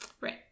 right